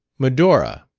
medora,